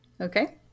Okay